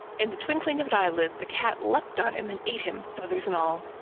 in the twinkling of an eyelid, the cat leaped on him, and ate him, feathers and all.